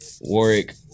Warwick